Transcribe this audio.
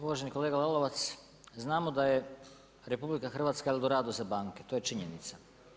Uvaženi kolega Lalovac, znamo da je RH Eldorado za banke, to je činjenica.